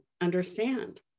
understand